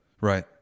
Right